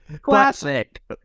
classic